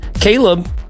Caleb